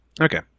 okay